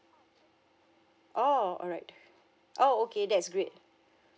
oh alright oh okay that's great